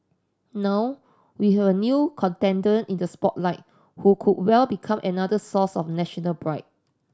now we have a new contender in the spotlight who could well become another source of national pride